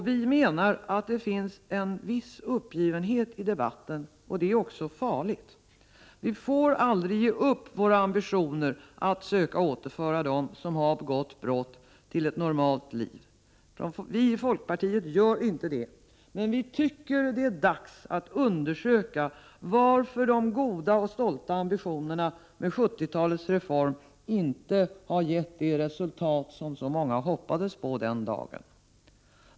Vi menar att det råder en viss uppgivenhet i debatten, och det är farligt. Vi får aldrig ge upp våra ambitioner att söka återföra dem som har begått brott till ett normalt liv. Vi i folkpartiet gör det inte, men vi tycker att det är dags att man undersöker varför de goda och stolta ambitionerna i 1970-talets reform inte har gett det resultat som så många hoppades då.